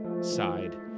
side